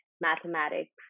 mathematics